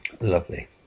Lovely